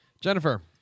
Jennifer